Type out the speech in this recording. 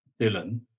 Dylan